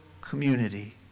community